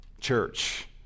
church